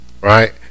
Right